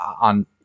on